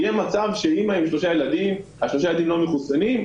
יהיה מצב שתבוא אימא עם שלושה ילדים לא מחוסנים,